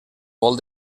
vol